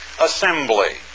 assembly